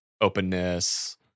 openness